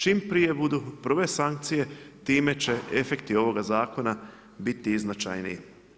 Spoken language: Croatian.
Čim prije budu prve sankcije time će efekti ovoga zakona biti značajniji.